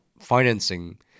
financing